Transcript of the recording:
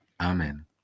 Amen